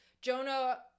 Jonah